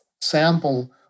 sample